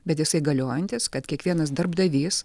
bet jisai galiojantis kad kiekvienas darbdavys